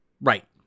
Right